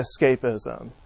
escapism